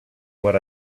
what